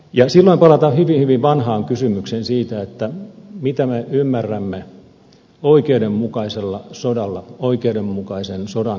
silloin palataan hyvin hyvin vanhaan kysymykseen siitä mitä me ymmärrämme oikeudenmukaisella sodalla oikeudenmukaisen sodan käsitteellä